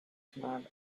mad